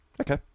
Okay